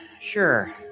sure